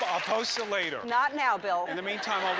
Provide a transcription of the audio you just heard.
ah i'll post it later. not now, bill. in the meantime,